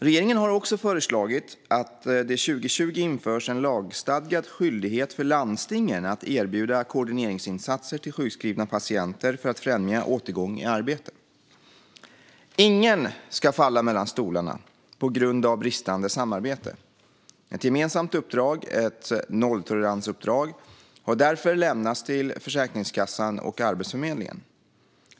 Regeringen har också föreslagit att det 2020 införs en lagstadgad skyldighet för landstingen att erbjuda koordineringsinsatser till sjukskrivna patienter för att främja återgång i arbete. Ingen ska falla mellan stolarna på grund av bristande samarbete. Ett gemensamt uppdrag - ett nolltoleransuppdrag - har därför lämnats till Försäkringskassan och Arbetsförmedlingen.